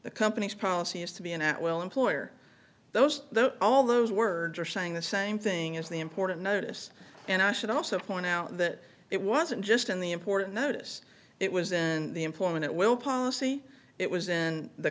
the company's policy is to be an at will employer those all those words are saying the same thing is the important notice and i should also point out that it wasn't just in the important notice it was in the employment at will policy it was in the